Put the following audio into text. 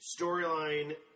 storyline